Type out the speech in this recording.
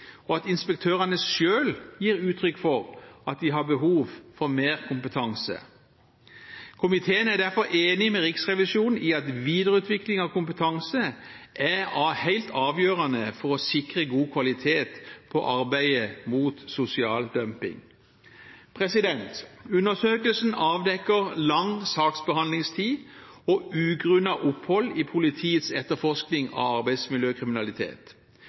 og at inspektørene selv gir uttrykk for at de har behov for mer kompetanse. Komiteen er derfor enig med Riksrevisjonen i at videreutvikling av kompetanse er helt avgjørende for å sikre god kvalitet på arbeidet mot sosial dumping. Undersøkelsen avdekker lang saksbehandlingstid og ugrunnet opphold i politiets etterforskning av arbeidsmiljøkriminalitet.